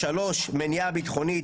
שלישית, מניעה ביטחונית.